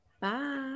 Bye